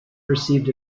perceived